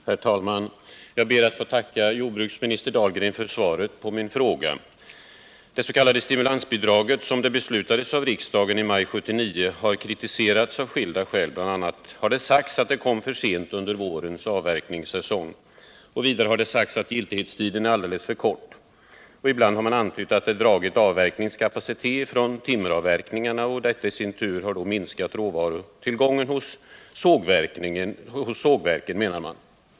Herr talman! Jag ber att få tacka jordbruksminister Dahlgren för svaret på min fråga. Det s.k. stimulansbidraget, som beslutades av riksdagen i maj 1979, har kritiserats av skilda skäl. Bl. a. har det anförts att det kom för sent under vårens avverkningssäsong. Vidare har det sagts att giltighetstiden är alldeles för kort. Ibland har man antytt att det dragit avverkningskapacitet från timmeravverkningarna. Detta i sin tur har minskat råvarutillgången hos sågverken, menar man.